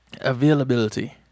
availability